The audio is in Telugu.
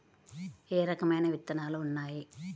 ఏ రకమైన విత్తనాలు ఉన్నాయి?